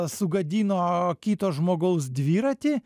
sugadino kito žmogaus dviratį